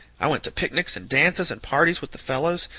i went to picnics and dances and parties with the fellows,